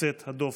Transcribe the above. יוצאת הדופן.